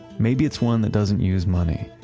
maybe it's one that doesn't use money.